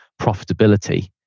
profitability